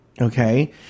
Okay